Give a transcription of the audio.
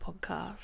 podcast